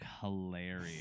hilarious